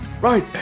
Right